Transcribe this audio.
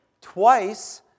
twice